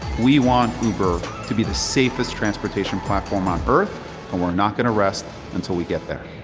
we want uber to be the safest transportation platform on earth and we're not going to rest until we get there.